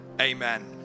amen